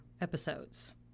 episodes